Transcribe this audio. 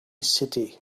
city